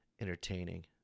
entertaining